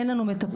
אין לנו מטפלות,